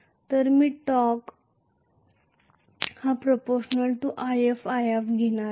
तर मी torque ᴕ ifia घेणार आहे